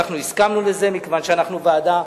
ואנחנו הסכמנו לזה מכיוון שאנחנו ועדה,